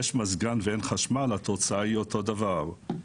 יש מזגן ואין חשמל התוצאה היא אותו הדבר.